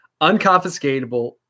unconfiscatable